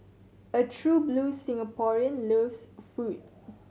a true blue Singaporean loves food